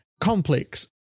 complex